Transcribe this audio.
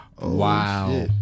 Wow